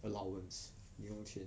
allowance 零用钱